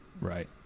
Right